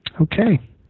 Okay